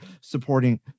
supporting